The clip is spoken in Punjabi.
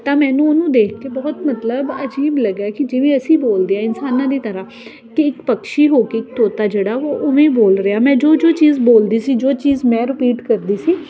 ਤਾਂ ਮੈਨੂੰ ਉਹਨੂੰ ਦੇਖ ਕੇ ਬਹੁਤ ਮਤਲਬ ਅਜੀਬ ਲੱਗਿਆ ਕਿ ਜਿਵੇਂ ਅਸੀਂ ਬੋਲਦੇ ਹਾਂ ਇਨਸਾਨਾਂ ਦੀ ਤਰ੍ਹਾਂ ਕਿ ਇੱਕ ਪਕਸ਼ੀ ਹੋ ਗਈ ਤੋਤਾ ਜਿਹੜਾ ਉਵੇਂ ਬੋਲ ਰਿਹਾ ਮੈਂ ਜੋ ਜੋ ਚੀਜ਼ ਬੋਲਦੀ ਸੀ ਜੋ ਚੀਜ਼ ਮੈਂ ਰਿਪੀਟ ਕਰਦੀ ਸੀ